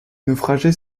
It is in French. naufragés